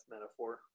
metaphor